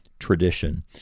Tradition